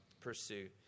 pursue